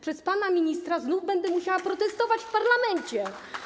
Przez pana ministra znów będę musiała protestować w parlamencie.